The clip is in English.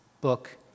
book